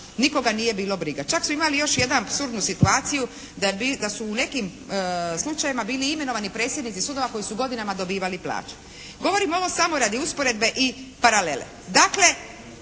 nikoga nije bilo briga. Čak smo imali još jednu apsurdnu situaciju da su u nekim slučajevima bili imenovani predsjednici sudova koji su godinama dobivali plaće. Govorim ovo samo radi usporedbe i paralele.